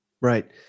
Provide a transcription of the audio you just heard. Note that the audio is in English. Right